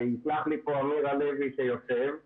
ויסלח לי אמיר הלוי וורוניק לוריא שיושבים